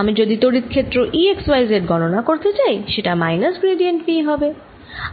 আমি যদি তড়িৎ ক্ষেত্র E x y ও z গণনা করতে চাই সেটা মাইনাস গ্র্যাডিয়েন্ট V হবে